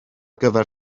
gyfer